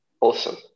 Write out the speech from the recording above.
awesome